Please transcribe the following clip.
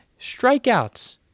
strikeouts